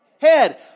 head